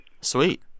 Sweet